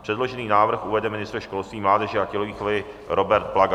Předložený návrh uvede ministr školství, mládeže a tělovýchovy Robert Plaga.